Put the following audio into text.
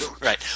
right